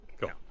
Go